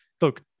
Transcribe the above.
look